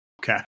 Okay